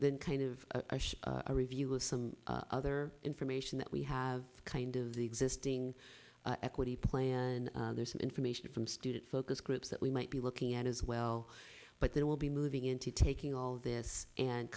the kind of a review of some other information that we have kind of the existing equity plan and there's some information from student focus groups that we might be looking at as well but there will be moving into taking all of this and